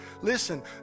listen